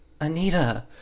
Anita